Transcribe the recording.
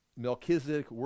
Melchizedek